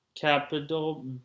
Capital